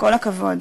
כל הכבוד.